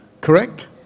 Correct